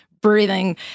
breathing